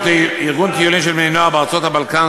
טיולים של בני-נוער בארצות הבלקן,